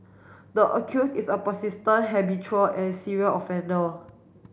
the accuse is a persistent habitual and serial offender